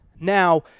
Now